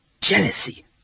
jealousy